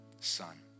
son